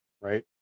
right